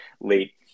late